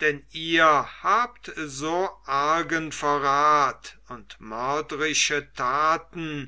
denn ihr habt so argen verrat und mördrische taten